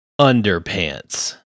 underpants